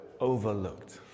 overlooked